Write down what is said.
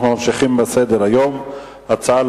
אנחנו ממשיכים בסדר-היום: דיון בעקבות הצעות